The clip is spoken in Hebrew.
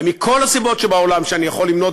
ומכל הסיבות שבעולם שאני יכול למנות,